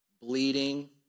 bleeding